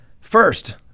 First